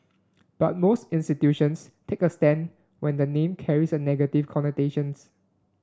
but most institutions take a stand when the name carries negative connotations